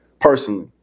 Personally